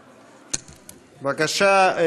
בבקשה,